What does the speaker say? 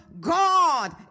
God